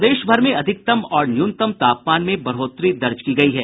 प्रदेशभर में अधिकतम और न्यूनतम तापमान में बढ़ोतरी दर्ज की गयी है